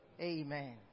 Amen